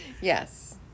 yes